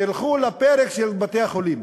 תלכו לפרק של בתי-החולים.